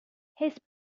his